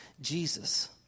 Jesus